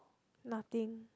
nothing